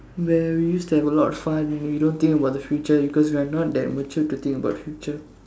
where we used to have a lot of fun we don't think about the future because we are not that mature to think about the future